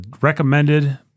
recommended